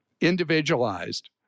individualized